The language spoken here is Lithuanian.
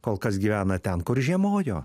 kol kas gyvena ten kur žiemojo